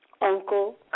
uncle